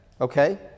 Okay